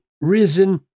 risen